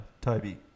Toby